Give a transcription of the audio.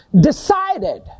decided